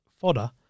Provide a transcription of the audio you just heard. fodder